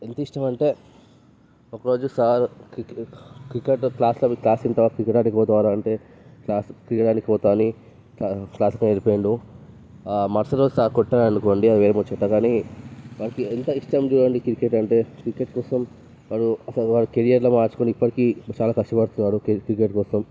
ఎంతా ఇష్టం అంటే ఒకరోజు సార్ క్రికెట్ క్లాస్ క్లాస్ వింటావ క్రికెట్ ఆడనీకి పోతావా అంటే క్లాస్ క్రికెట్ ఆడనీకి పోతా అని క్లాస్ నుండి ఎళ్ళిపోయిండు ఆ మరుసటి రోజు సార్ కొట్టారనుకొండి అది వేరే ముచ్చట కానీ వాడికి ఎంత ఇష్టం చూడండి క్రికెట్ అంటే క్రికెట్ కోసం వాడు వాడి కెరీర్ని మార్చుకుని ఇప్పటికీ చాలా కష్టపడుతున్నాడు క్రికెట్ క్రికెట్ కోసం